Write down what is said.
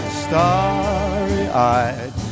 starry-eyed